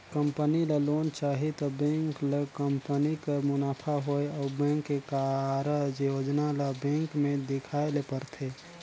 company ल loan चाही त बेंक ल कंपनी कर मुनाफा होए अउ बेंक के कारज योजना ल बेंक में देखाए ले परथे